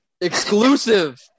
Exclusive